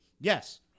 Yes